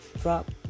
drop